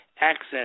access